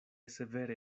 severe